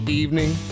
evening